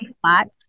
flat